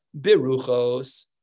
Beruchos